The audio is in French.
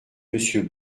monsieur